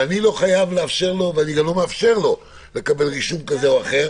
ואני לא חייב לאפשר לו ואני גם לא מאפשר לו לקבל אישור אחר.